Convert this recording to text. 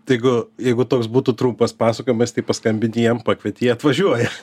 tai jeigu jeigu toks būtų trumpas pasakojimas tai paskambini jiem pakvieti jie atvažiuoja